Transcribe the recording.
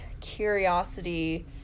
curiosity